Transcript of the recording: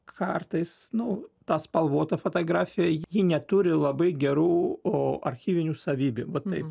kartais nu ta spalvota fotografija ji neturi labai gerų o archyvinių savybių vat taip